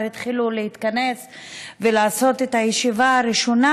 התחילו להתכנס ולעשות את הישיבה הראשונה,